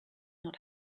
not